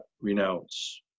renounce